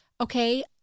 Okay